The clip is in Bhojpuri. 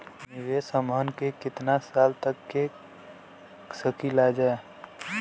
निवेश हमहन के कितना साल तक के सकीलाजा?